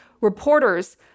Reporters